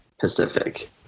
Pacific